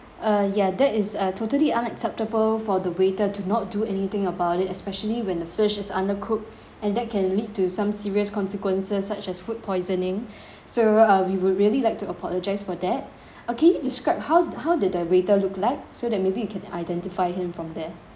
uh yeah that is uh totally unacceptable for the waiter to not do anything about it especially when the fish is undercooked and that can lead to some serious consequences such as food poisoning so uh we would really like to apologise for that uh can you describe how how did the waiter look like so that maybe we can identify him from there